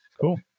Cool